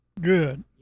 good